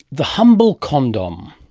the humble condom.